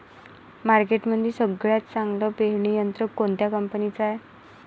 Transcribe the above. मार्केटमंदी सगळ्यात चांगलं पेरणी यंत्र कोनत्या कंपनीचं हाये?